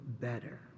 better